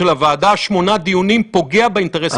אפשר לכתוב שהוועדה תתכנס לא פחות מאשר שתי הכרזות רצופות.